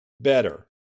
better